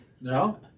No